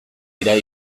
direla